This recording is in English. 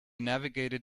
navigated